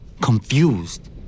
confused